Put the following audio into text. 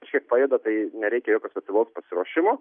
kažkiek pajuda tai nereikia jokio specialaus pasiruošimo